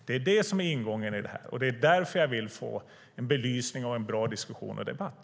Det är det som är ingången i det här. Det är därför jag vill få en belysning och en bra diskussion och debatt.